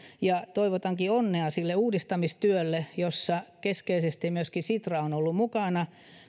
toivotankin onnea sille uudistamistyölle jossa keskeisesti myöskin sitra on ollut mukana